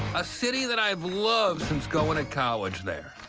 a city that i've loved since going to college there,